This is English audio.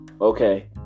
okay